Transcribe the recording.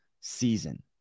season